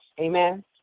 Amen